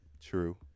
True